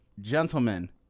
Gentlemen